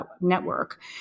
Network